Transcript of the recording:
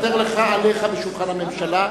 עליך בשולחן הממשלה.